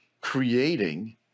creating